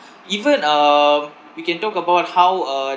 even um we can talk about how uh